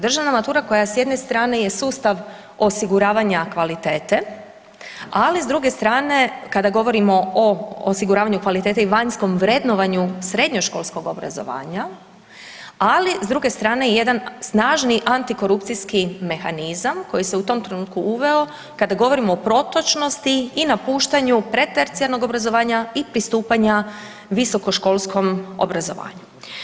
Državna matura koja s jedne strane je sustav osiguravanja kvalitete, ali s druge strane kada govorimo o osiguravanju kvalitete i vanjskom vrednovanju srednjoškolskog obrazovanja, ali s druge strane i jedan snažni antikorupcijski mehanizam koji se u tom trenutku uveo kada govorimo o protočnosti i napuštanju pretercijarnog obrazovanja i pristupanja visokoškolskom obrazovanju.